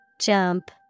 Jump